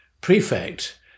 Prefect